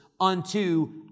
unto